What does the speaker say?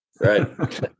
Right